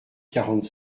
quarante